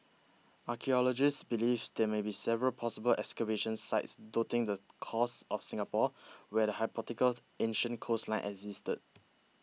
archaeologists believe there may be several possible excavation sites dotting the coast of Singapore where the ancient coastline existed